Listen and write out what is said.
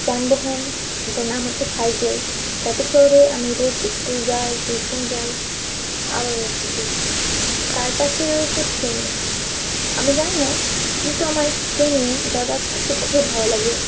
যানবাহন যেটার নাম হচ্ছে সাইকেল যাতে চড়ে আমি রোজ স্কুল যাই টিউশন যাই আরও অনেক কিছু তার পাশে রয়েছে ট্রেন আমি যাই না কিন্তু আমার ট্রেনে যাতায়াত করতে খুবই ভালো লাগে